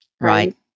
Right